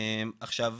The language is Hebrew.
עכשיו,